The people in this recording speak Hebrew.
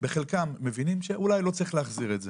בחלקם מבינים שאולי לא צריך להחזיר את זה,